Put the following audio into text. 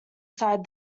side